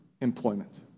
Employment